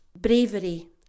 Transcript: bravery